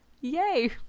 yay